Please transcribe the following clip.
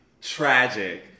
Tragic